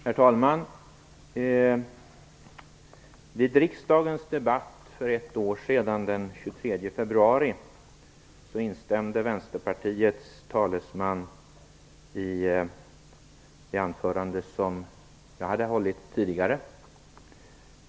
Herr talman! Vid riksdagens debatt den 23 februari för ett år sedan instämde Vänsterpartiets talesman i det anförande som jag höll.